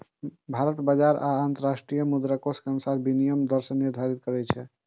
भारत बाजार आ अंतरराष्ट्रीय मुद्राकोष के अनुसार विनिमय दर निर्धारित करै छै